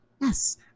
Yes